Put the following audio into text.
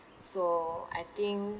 so I think